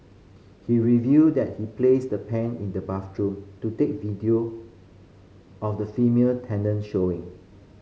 he revealed that he placed the pen in the bathroom to take video of the female tenant showering